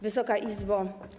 Wysoka Izbo!